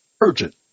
urgent